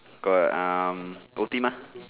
got um O_T mah